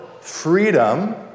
Freedom